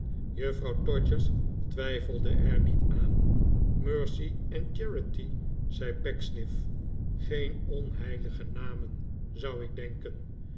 juffrouw todgers twijfelde er niet aan mercy en charity zei pecksniff geen onheilige namen zou ik denken